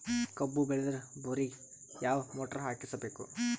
ಕಬ್ಬು ಬೇಳದರ್ ಬೋರಿಗ ಯಾವ ಮೋಟ್ರ ಹಾಕಿಸಬೇಕು?